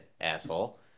asshole